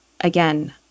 again